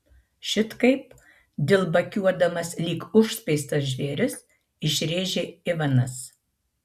šit kaip dilbakiuodamas lyg užspeistas žvėris išrėžė ivanas